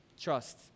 Trust